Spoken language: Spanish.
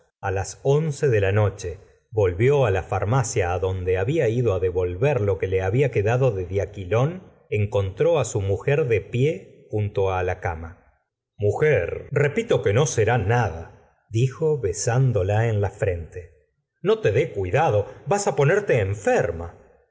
it las once de la noche volvió la farmacia adonde había ido á devolver lo que le había quedado de diaquilón encontró á su mujer de pie junto la cama mujer repito que no será nadadijo besándola en la frente no te dé cuidado vas ponerte enferma